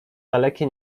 dalekie